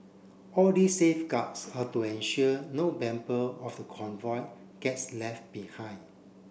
all these safeguards are to ensure no member of the convoy gets left behind